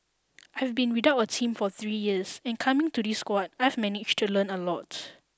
I've been without a team for three years and coming to this squad I've managed to learn a lot